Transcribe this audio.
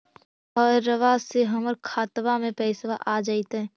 बहरबा से हमर खातबा में पैसाबा आ जैतय?